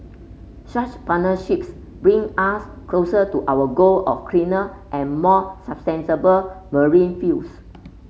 such partnerships bring us closer to our goal of cleaner and more marine fuels